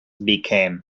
became